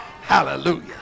Hallelujah